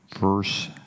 verse